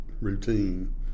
routine